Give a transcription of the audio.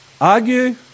Argue